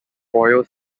royal